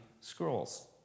scrolls